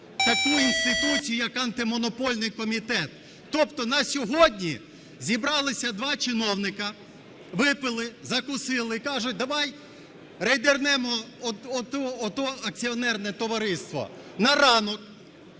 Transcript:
таку інституцію, як Антимонопольний комітет. Тобто на сьогодні зібралися два чиновника, випили, закусили - і кажуть: давай рейдернемо оте акціонерне товариство. На ранок